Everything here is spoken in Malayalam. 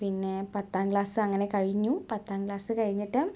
പിന്നെ പത്താം ക്ലാസ്സങ്ങനെ കഴിഞ്ഞു പത്താം ക്ലാസ് കഴിഞ്ഞിട്ട്